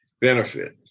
benefit